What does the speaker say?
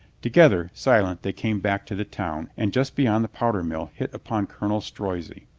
together, silent, they came back to the town, and just beyond the powder mill hit upon colonel strozzi,